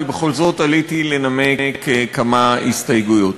בכל זאת עליתי לנמק כמה הסתייגויות.